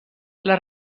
les